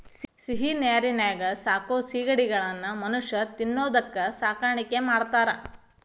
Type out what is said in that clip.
ಸಿಹಿನೇರಿನ್ಯಾಗ ಸಾಕೋ ಸಿಗಡಿಗಳನ್ನ ಮನುಷ್ಯ ತಿನ್ನೋದಕ್ಕ ಸಾಕಾಣಿಕೆ ಮಾಡ್ತಾರಾ